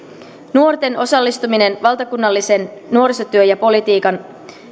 nuorten osallistuminen valtakunnallisen nuorisotyön ja politiikan